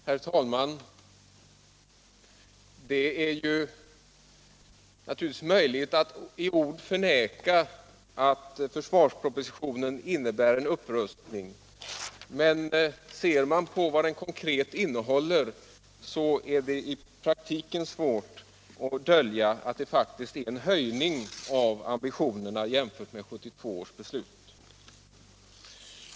Herr talman! Det är naturligtvis möjligt att i ord förneka att försvarspropositionen innebär en upprustning, men ser man på vad den konkret innehåller kommer man inte ifrån att det faktiskt är en höjning av ambitionerna i jämförelse med 1972 års beslut.